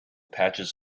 patches